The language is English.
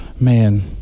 Man